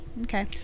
Okay